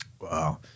Wow